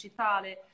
digitale